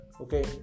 okay